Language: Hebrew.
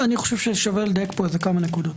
אני חושב ששווה לדייק פה כמה נקודות.